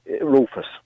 Rufus